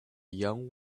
young